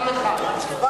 עוד לא אמרתי את דעתי.